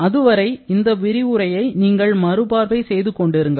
அதுவரை இந்த விரிவுரையை நீங்கள் மறுபார்வை செய்து கொண்டிருங்கள்